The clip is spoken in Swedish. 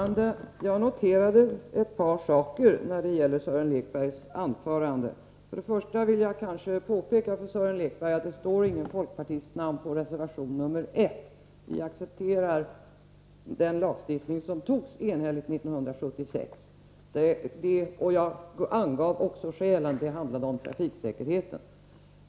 Herr talman! Jag noterade ett par saker när det gäller Sören Lekbergs anförande. För det första vill jag påpeka för Sören Lekberg att ingen folkpartist står bakom reservation 1. Vi accepterar den lagstiftning som antogs enhälligt 1976. Jag angav också skälen härför. Det handlade om trafiksäkerhet.